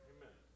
Amen